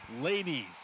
Ladies